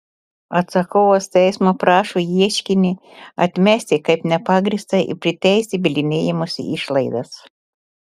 atsakovas teismo prašo ieškinį atmesti kaip nepagrįstą ir priteisti bylinėjimosi išlaidas